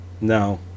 No